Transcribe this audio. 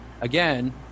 again